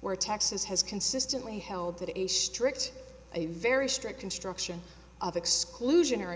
where texas has consistently held that a strict a very strict construction of exclusionary